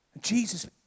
Jesus